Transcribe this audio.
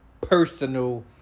personal